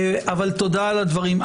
תודה על הדברים.